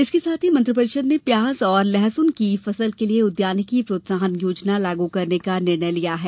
इसके साथ ही मंत्रिपरिषद ने प्याज और लहसुन की फसल के लिये उद्यानिकी प्रोत्साहन योजना लागू करने का निर्णय लिया है